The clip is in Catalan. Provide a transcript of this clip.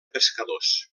pescadors